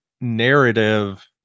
narrative